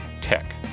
Tech